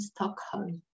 Stockholm